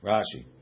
Rashi